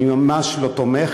אני ממש לא תומך,